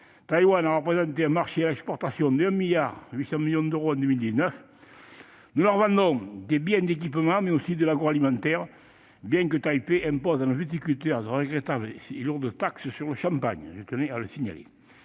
Taïwan a représenté un marché à l'exportation de 1,8 milliard d'euros en 2019. Nous lui vendons des biens d'équipement, mais aussi de l'agroalimentaire, bien que Taipei impose à nos viticulteurs de regrettables et lourdes taxes sur le champagne- je tenais à le signaler